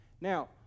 Now